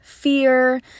fear